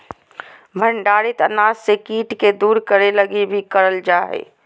भंडारित अनाज से कीट के दूर करे लगी भी करल जा हइ